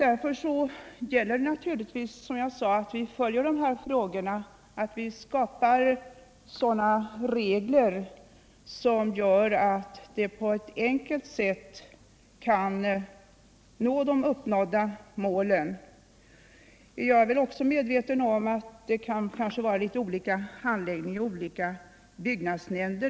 Det är dock, som jag framhållit, angeläget att vi följer dessa frågor och skapar regler som gör att man på ett enkelt sätt kan uppnå de uppsatta målen. Jag är också medveten om att handläggningen kan skifta något i olika byggnadsnämnder.